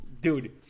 Dude